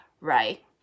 right